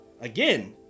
Again